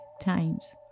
times